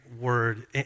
word